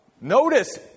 Notice